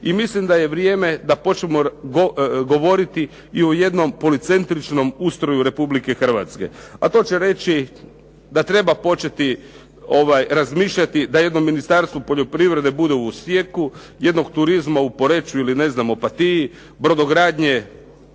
I mislim da je vrijeme da počnemo govoriti i o jednom policentričnom ustroju Republike Hrvatske, a to će reći da treba početi razmišljati da jedno Ministarstvo poljoprivrede bude u Osijeku, jednog turizma u Poreču ili ne znam Opatiji, brodogradnje